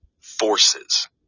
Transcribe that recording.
forces